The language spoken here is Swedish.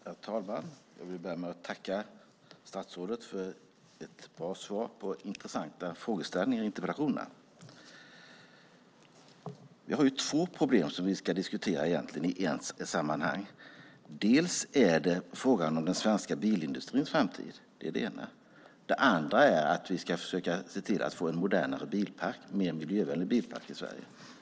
Herr talman! Låt mig börja med att tacka statsrådet för ett bra svar på intressanta frågeställningar i interpellationen. Det är egentligen två problem som vi ska diskutera i ett sammanhang. Det ena är frågan om den svenska bilindustrins framtid. Det andra är att vi ska försöka få en modernare och mer miljövänlig bilpark i Sverige.